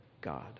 God